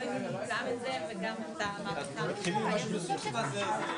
לכן, אנחנו רוצים להעצים את העניין.